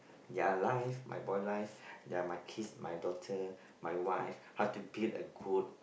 their life my boy life they're my kids my daughter my wife how to build a good